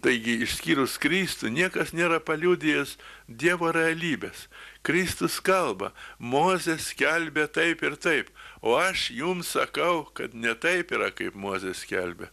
taigi išskyrus kristų niekas nėra paliudijęs dievo realybės kristus kalba mozė skelbė taip ir taip o aš jums sakau kad ne taip yra kaip mozė skelbė